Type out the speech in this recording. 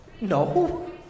No